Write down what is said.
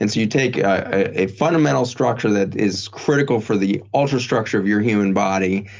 and you take a fundamental structure that is critical for the ultrastructure of your human body.